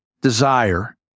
desire